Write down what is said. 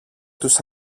τους